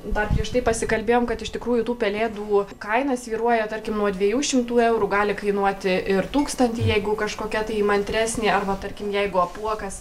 dar prieš tai pasikalbėjom kad iš tikrųjų tų pelėdų kaina svyruoja tarkim nuo dviejų šimtų eurų gali kainuoti ir tūkstantį jeigu kažkokia tai įmantresnė arba tarkim jeigu apuokas